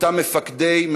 אותם מפקדים,